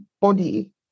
body